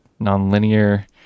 nonlinear